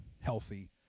healthy